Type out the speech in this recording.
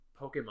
Pokemon